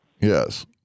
Yes